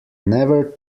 never